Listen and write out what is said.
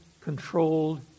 controlled